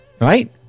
right